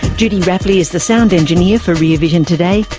judy rapley is the sound engineer for rear vision today.